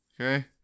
okay